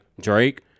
Drake